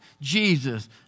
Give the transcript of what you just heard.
Jesus